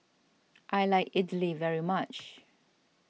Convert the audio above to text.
I like Idili very much